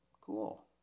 Cool